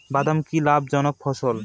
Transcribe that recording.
বাদাম কি লাভ জনক ফসল?